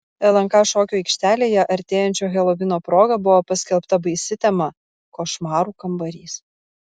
lnk šokių aikštelėje artėjančio helovino proga buvo paskelbta baisi tema košmarų kambarys